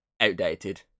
outdated